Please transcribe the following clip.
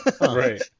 Right